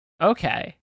Okay